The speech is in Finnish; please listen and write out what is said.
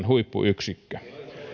huippuyksikkö